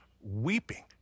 weeping